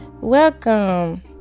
Welcome